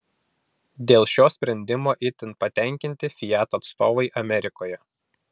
dėl šio sprendimo itin patenkinti fiat atstovai amerikoje